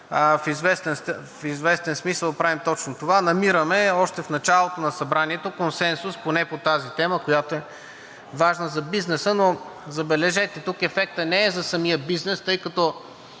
в известен смисъл правим точно това – намираме още в началото на Събранието консенсус поне по тази тема, която е важна за бизнеса. Но, забележете, тук ефектът не е за самия бизнес, тъй като